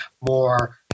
more